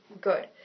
good